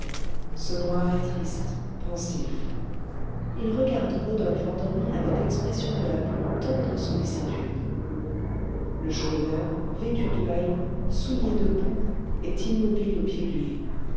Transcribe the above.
ce noir est triste pensif il regarde rodolphe endormi avec l'expression de la plus tendre sollicitude le chourineur vêtu de haillons souillé de boue est immobile au pied du lit